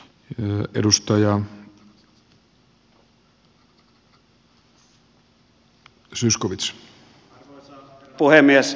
arvoisa herra puhemies